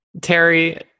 Terry